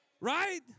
right